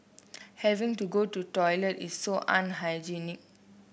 having to go to toilet is so unhygienic